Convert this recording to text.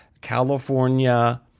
California